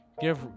give